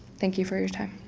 thank you for your time.